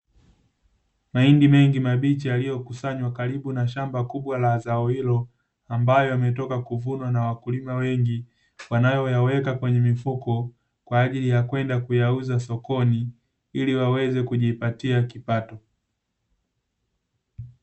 Mahindi mengi mabichi, yaliyokusanywa karibu na shamba kubwa la zao hilo, ambayo yametoka kuvunwa na wakulima wengi, wanayoyaweka kwenye mifuko kwa ajili ya kwenda kuyauuza sokoni ili waweze kujipatia kipato.